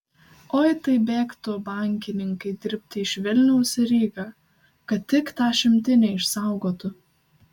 oi tai bėgtų bankininkai dirbti iš vilniaus į rygą kad tik tą šimtinę išsaugotų